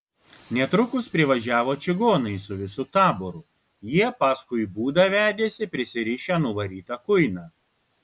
netrukus privažiavo čigonai su visu taboru jie paskui būdą vedėsi prisirišę nuvarytą kuiną